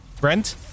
brent